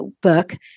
book